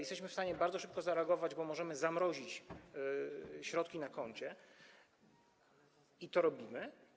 Jesteśmy w stanie bardzo szybko zareagować, bo możemy zamrozić środki na koncie, co robimy.